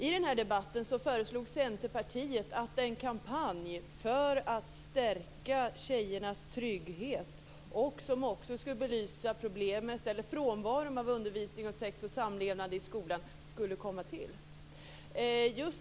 I den här debatten föreslog Centerpartiet att en kampanj för att stärka tjejernas trygghet skulle ordnas. Den skulle också belysa frånvaron av undervisning om sex och samlevnad i skolan.